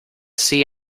see